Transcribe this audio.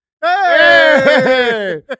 Hey